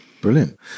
Brilliant